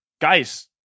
guys